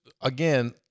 again